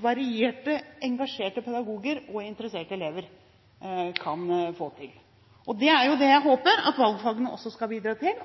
varierte, engasjerte pedagoger og interesserte elever kan få til. Det er jo det jeg håper at valgfagene også skal bidra til.